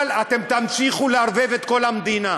אבל אתם תמשיכו לערבב את כל המדינה.